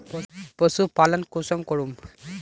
पशुपालन कुंसम करूम?